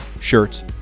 Shirts